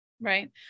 Right